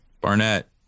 Barnett